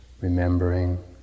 remembering